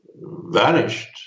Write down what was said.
vanished